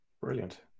Brilliant